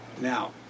Now